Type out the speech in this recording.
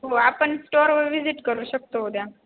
हो आपण स्टोरवर व्हिजिट करू शकतो उद्या